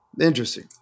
Interesting